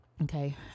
Okay